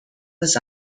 was